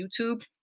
YouTube